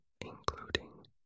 including